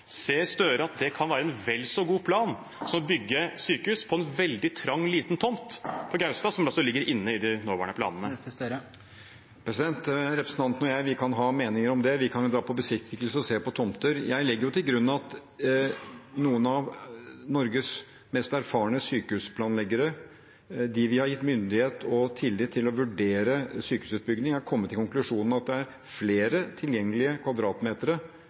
Ser Støre at det kan være en vel så god plan som å bygge sykehus på en veldig trang, liten tomt på Gaustad, som altså er det som ligger inne i de nåværende planene? Representanten og jeg kan ha meninger om det, vi kan dra på besiktigelse og se på tomter. Jeg legger til grunn at noen av Norges mest erfarne sykehusplanleggere, dem vi har gitt myndighet og tillit til å vurdere sykehusutbygging, er kommet til den konklusjonen at det er flere tilgjengelige